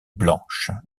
blanche